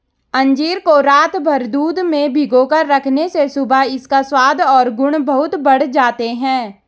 अंजीर को रातभर दूध में भिगोकर रखने से सुबह इसका स्वाद और गुण बहुत बढ़ जाते हैं